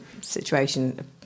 situation